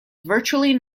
virtually